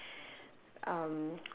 um